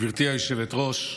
גברתי היושבת-ראש,